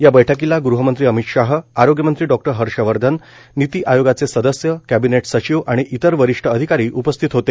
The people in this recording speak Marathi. या बैठकीला गृहमंत्री अमित शाह आरोग्यमंत्री डॉ हर्षवर्धन नीती आयोगाचे सदस्य कॅबिनेट सचिव आणि इतर वरिष्ठ अधिकारी उपस्थित होते